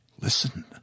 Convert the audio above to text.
listen